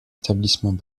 établissements